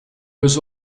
was